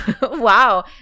Wow